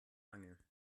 angel